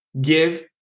give